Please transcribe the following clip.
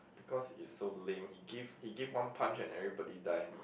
because it's so lame he give he give one punch and everybody die